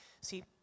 See